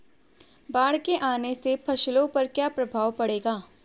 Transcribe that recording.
बाढ़ के आने से फसलों पर क्या प्रभाव पड़ेगा?